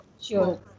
sure